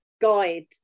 guide